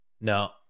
No